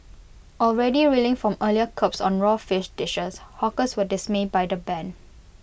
already reeling from earlier curbs on raw fish dishes hawkers were dismayed by the ban